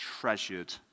treasured